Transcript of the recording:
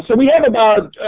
so we have about